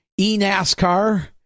eNASCAR